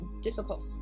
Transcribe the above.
difficult